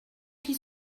qu’il